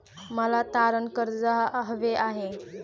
मला तारण कर्ज हवे आहे